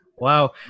Wow